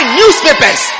newspapers